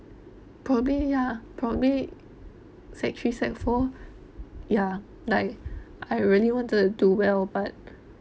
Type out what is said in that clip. probably ya probably sec three sec four ya like I really want to do well but